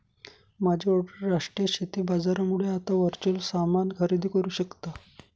माझे वडील राष्ट्रीय शेती बाजारामुळे आता वर्च्युअल सामान खरेदी करू शकता